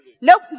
Nope